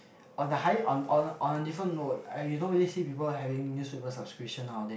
on the hi~ on on on a different note I you don't really see people having newspaper subscription nowadays